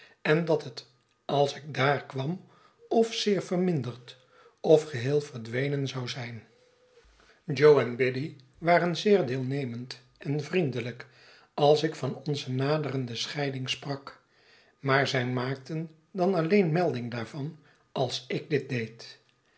en dat het als ik daar kwam of zeer verminderd of geheel verdwenen zou zijn jo en biddy waren zeer deelnemend en vriendelijk als ik van onze naderende scheiding sprak maar zij maakten dan alleen melding daarvan als ik dit deed